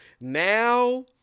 now